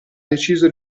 deciso